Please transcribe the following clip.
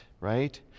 right